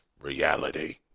reality